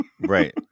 right